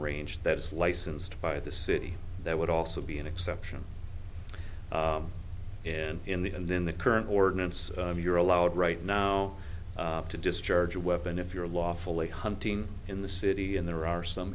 range that is licensed by the city that would also be an exception in in the and then the current ordinance you're allowed right now to discharge a weapon if you're lawfully hunting in the city and there are some